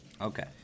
Okay